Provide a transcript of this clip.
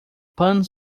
pan